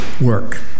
Work